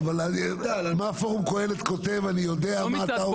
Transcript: אבל על מה פורום קהלת כותב אני יודע.